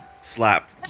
slap